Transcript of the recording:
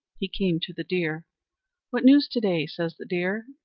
he came to the deer what news to-day? says the deer.